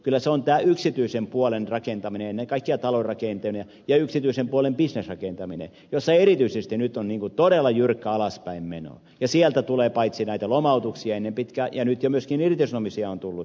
kyllä se on tämä yksityisen puolen rakentaminen ja ennen kaikkea talonrakentaminen ja yksityisen puolen bisnesrakentaminen jossa erityisesti nyt on todella jyrkkä alaspäinmeno ja sieltä tulee näitä lomautuksia ennen pitkää ja nyt jo myöskin irtisanomisia on tullut